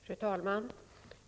Fru talman!